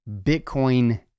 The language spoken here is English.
Bitcoin